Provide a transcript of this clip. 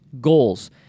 goals